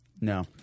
No